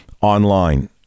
online